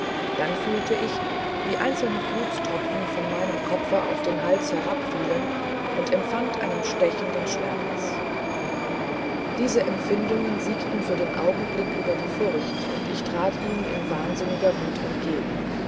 dann fühlte ich wie einzelne blutstropfen von meinem kopfe auf den hals herabfielen und empfand einen stechenden schmerz diese empfindungen siegten für den augenblick über die furcht und ich trat ihm in wahnsinniger wut entgegen